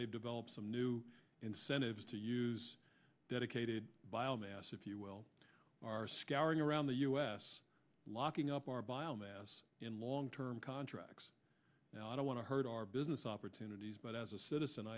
they've developed some new incentives to use dedicated biomass if you will are scouring around the u s locking up our biomass in long term contracts now i don't want to hurt our business opportunities but as a citizen